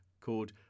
called